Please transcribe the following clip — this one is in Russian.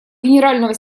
генерального